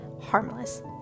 harmless